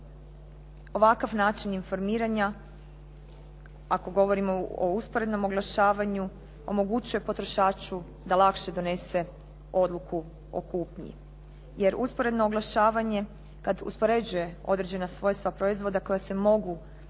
ovakav način informiranja, ako govorimo o usporednom oglašavanju, omogućuje potrošaču da lakše donese odluku o kupnji. Jer usporedno oglašavanje, kad uspoređuje određena svojstva proizvoda koja se mogu